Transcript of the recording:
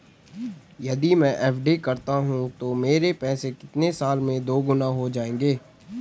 यदि मैं एफ.डी करता हूँ तो मेरे पैसे कितने साल में दोगुना हो जाएँगे?